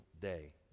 day